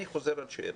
אני חוזר על שאלתי.